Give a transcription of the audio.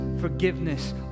forgiveness